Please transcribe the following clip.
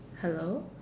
hello